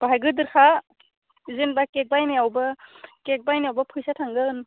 बाहाय गोदोरखा जेनेबा खेक बायनावबो खेक बायनायावबो फैसा थांगोन